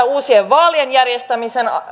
uusien vaalien järjestämisen